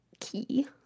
key